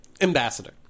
Ambassador